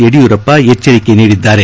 ಯಡಿಯೂರಪ್ಪ ಎಚ್ಗರಿಕೆ ನೀಡಿದ್ದಾರೆ